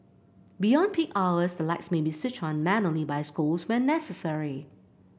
beyond peak hours the lights may be switched on manually by schools when necessary